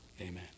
Amen